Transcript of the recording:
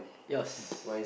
yours